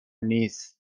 نیست